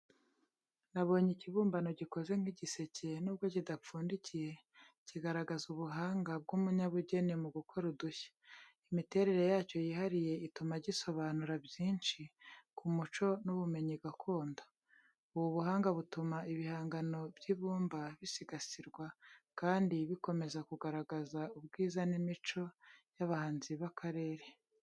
Nabonye ikibumbano gikoze nk’igiseke, nubwo kidapfundiye, kigaragaza ubuhanga bw’umunyabugeni mu gukora udushya. Imiterere yacyo yihariye ituma gisobanura byinshi ku muco n’ubumenyi gakondo. Ubu buhanga butuma ibihangano by’ibumba bisigasirwa, kandi bikomeza kugaragaza ubwiza n’imico y’abahanzi b’akarere.